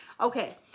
Okay